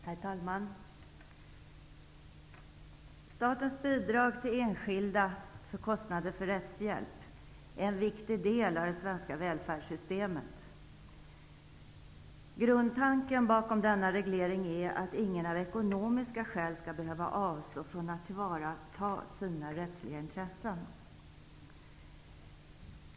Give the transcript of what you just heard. Herr talman! Statens bidrag till enskilda för kostnader för rättshjälp är en viktig del av det svenska välfärdssystemet. Grundtanken bakom denna reglering är att ingen av ekonomiska skäl skall behöva avstå från att tillvarata sina rättsliga intressen.